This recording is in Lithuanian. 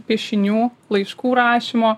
piešinių laiškų rašymo